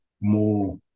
more